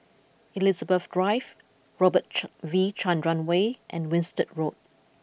Elizabeth Drive Robert V Chandran Way and Winstedt Road